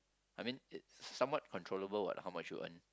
I mean it's somewhat controllable what how much you earn